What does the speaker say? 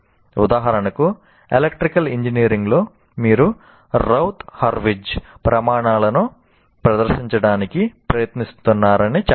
ఉదాహరణకు ఎలక్ట్రికల్ ఇంజనీరింగ్లో మీరు రౌత్ హర్విట్జ్ ప్రమాణాలను ప్రదర్శించడానికి ప్రయత్నిస్తున్నారని చెప్పండి